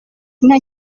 nta